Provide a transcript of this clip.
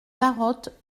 carottes